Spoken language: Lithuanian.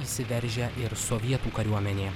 įsiveržia ir sovietų kariuomenė